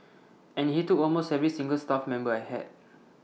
and he took almost every single staff member I had